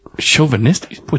Chauvinistic